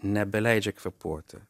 nebeleidžia kvėpuoti